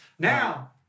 Now